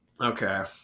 Okay